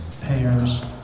payers